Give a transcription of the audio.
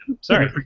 Sorry